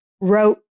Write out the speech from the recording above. wrote